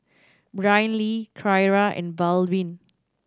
Brynlee Kyra and Baldwin